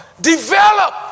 Develop